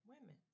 women